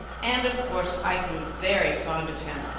and of course i grew very fond of him.